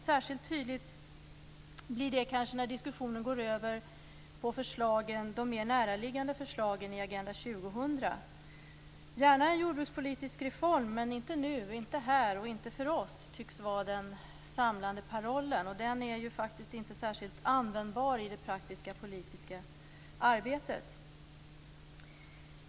Särskilt tydligt blir det kanske när diskussionen går över på de mer näraliggande förslagen i Agenda 2000. Gärna en jordbrukspolitisk reform, men inte nu, inte här och inte för oss, tycks vara den samlande parollen. Den är faktiskt inte särskilt användbar i det praktiska politiska arbetet.